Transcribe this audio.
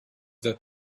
that